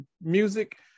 music